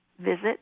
visit